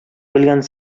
белгән